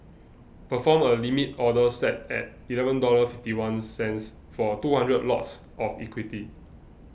perform a Limit Order set at eleven dollars fifty one cents for two hundred lots of equity